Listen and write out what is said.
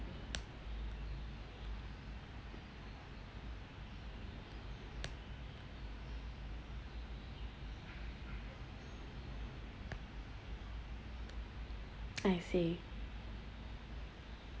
I see